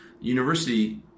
university